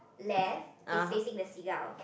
left is facing the seagull